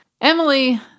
Emily